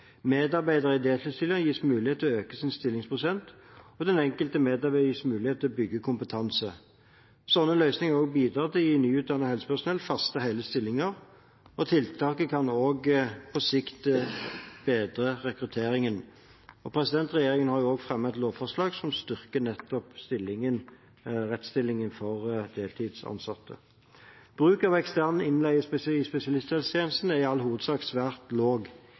Medarbeidere i deltidsstillinger gis mulighet til å øke sin stillingsprosent, og den enkelte medarbeider gis mulighet til å bygge kompetanse. Slike løsninger har også bidratt til å gi nyutdannet helsepersonell faste, hele stillinger, og tiltaket kan også på sikt bedre rekrutteringen. Regjeringen har også fremmet et lovforslag som styrker nettopp rettsstillingen for deltidsansatte. Bruk av ekstern innleie i spesialisthelsetjenesten er i all hovedsak svært